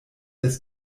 des